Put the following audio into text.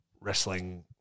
wrestling